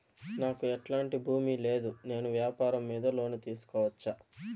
నాకు ఎట్లాంటి భూమి లేదు నేను వ్యాపారం మీద లోను తీసుకోవచ్చా?